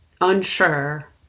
unsure